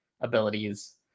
abilities